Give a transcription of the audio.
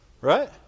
Right